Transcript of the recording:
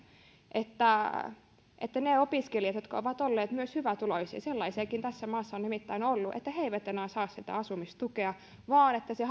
että että ne opiskelijat jotka ovat olleet hyvätuloisia sellaisiakin tässä maassa on nimittäin ollut eivät enää saa sitä asumistukea vaan että se